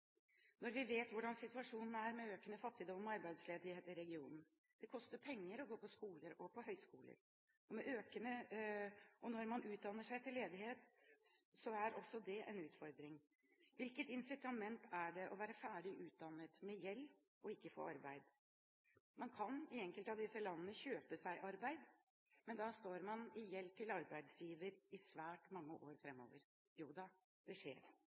når vi vet hvordan situasjonen er med økende fattigdom og arbeidsledighet i regionen. Det koster penger å gå på skoler og høyskoler. Når man utdanner seg til ledighet, er også det en utfordring. Hvilket incitament er det å være ferdig utdannet med gjeld og ikke få arbeid? Man kan i enkelte av disse landene kjøpe seg arbeid, men da står man i gjeld til arbeidsgiver i svært mange år framover – jo da, det skjer.